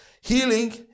Healing